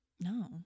no